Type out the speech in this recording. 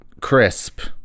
Crisp